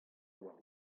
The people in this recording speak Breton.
oar